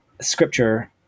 Scripture—